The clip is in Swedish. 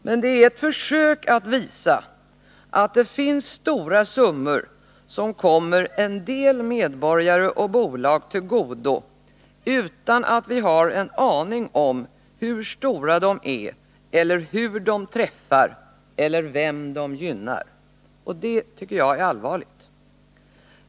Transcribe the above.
Men det är ett försök att visa att det finns stora summor som kommer en del medborgare och bolag till godo utan att vi har en aning om hur stora dessa summor är eller hur de träffar eller vilka de gynnar, och det tycker jag är allvarligt.